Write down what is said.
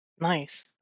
Nice